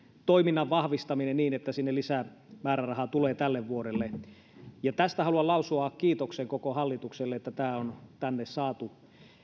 toiminnan vahvistaminen niin että sinne lisämääräraha tulee tälle vuodelle tästä haluan lausua kiitoksen koko hallitukselle että tämä on tänne saatu